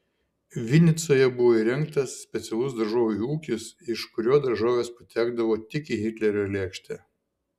vinicoje buvo įrengtas specialus daržovių ūkis iš kurio daržovės patekdavo tik į hitlerio lėkštę